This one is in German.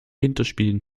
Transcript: winterspielen